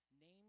name